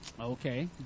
Okay